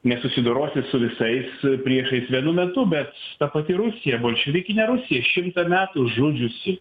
nesusidorosi su visais priešais vienu metu bet ta pati rusija bolševikinė rusija šimtą metų žudžiusi